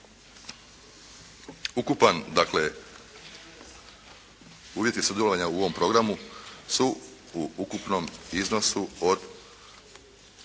Ukupan, dakle, uvjeti sudjelovanja u ovom programu su u ukupnom iznosu od